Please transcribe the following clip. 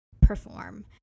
perform